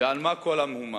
ועל מה כל המהומה?